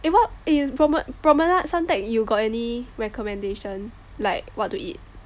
eh what Promenade Promenade Suntec you got any recommendation like what to eat